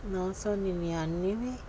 نو سو ننانوے